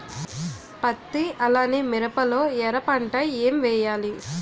పత్తి అలానే మిరప లో ఎర పంట ఏం వేయాలి?